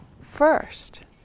first